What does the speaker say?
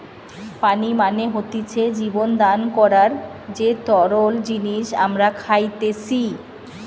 পানি মানে হতিছে জীবন দান করার যে তরল জিনিস আমরা খাইতেসি